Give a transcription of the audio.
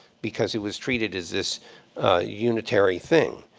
because it was treated as this unitary thing.